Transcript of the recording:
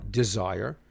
desire